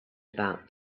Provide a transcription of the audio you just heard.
about